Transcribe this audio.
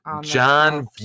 john